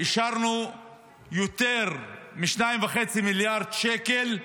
אישרנו יותר מ-2.5 מיליארד שקל,